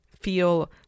feel